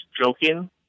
joking